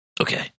Okay